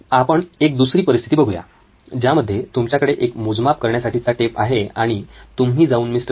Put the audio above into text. आपण एक दुसरी परिस्थिती बघूया ज्यामध्ये तुमच्याकडे एक मोजमाप करण्यासाठीचा टेप आहे आणि तुम्ही जाऊन मिस्टर Mr